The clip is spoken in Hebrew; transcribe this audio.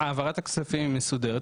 העברת הכספים היא מסודרת,